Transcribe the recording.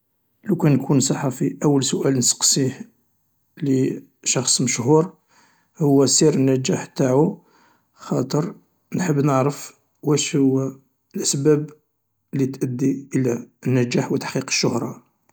لوكان نكون صحفي، أول سؤال نسقسيه لشخص مشهور هو سر النجاح أنتاعو خاطر نحب نعرف واش هو الأسباب اللي تؤجي الى النجاح.